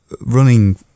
running